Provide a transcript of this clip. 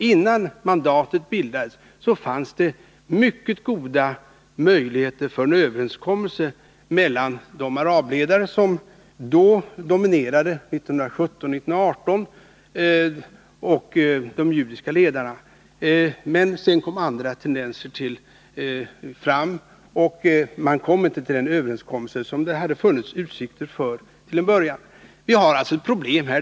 Innan mandatet bildades fanns det emellertid mycket goda möjligheter att nå en överenskommelse mellan de arabledare som dominerade 1917-1918 och de judiska ledarna. Men sedan kom andra tendenser fram, och man kunde inte träffa den överenskommelse som det till en början hade funnits utsikter för. Vi har alltså ett problem här.